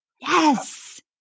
Yes